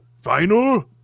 Final